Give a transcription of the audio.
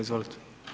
Izvolite.